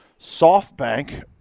softbank